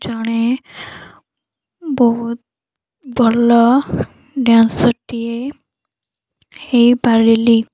ଜଣେ ବହୁତ ଭଲ ଡ୍ୟାନ୍ସରଟିଏ ହେଇପାରିଲି